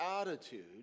attitude